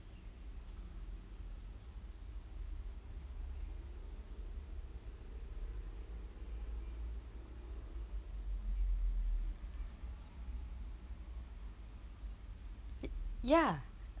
ya